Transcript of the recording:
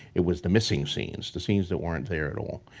it was the missing scenes, the scenes that weren't there at all.